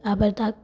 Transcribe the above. આ બધા